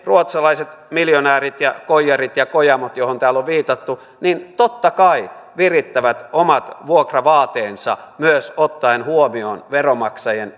ruotsalaiset miljonäärit ja koijarit ja kojamot joihin täällä on viitattu totta kai virittävät omat vuokravaateensa myös ottaen huomioon veronmaksajien